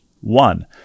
One